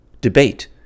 Debate